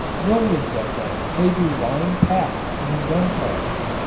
millions of them may be lying packed in a gun cartridge,